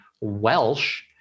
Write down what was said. Welsh